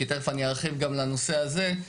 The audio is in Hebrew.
כי תיכף אני ארחיב גם לנושא הזה.